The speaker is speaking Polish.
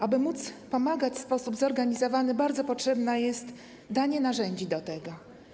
Aby móc pomagać w sposób zorganizowany, bardzo potrzebne jest danie narzędzi do tego.